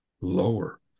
lower